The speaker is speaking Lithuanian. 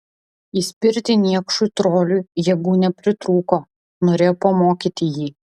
įspirti niekšui troliui jėgų nepritrūko norėjo pamokyti jį